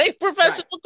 professional